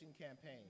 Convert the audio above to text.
campaign